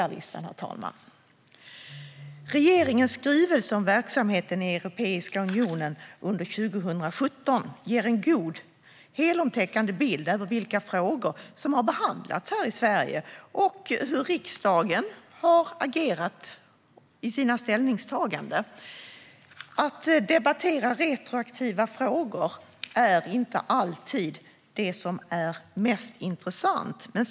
Regeringens skrivelse om verksamheten i Europeiska unionen under 2017 ger en god, heltäckande bild över vilka frågor som har behandlats här i Sverige och hur riksdagen har agerat i sina ställningstaganden. Att debattera retroaktiva frågor är inte alltid det mest intressanta.